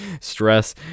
stress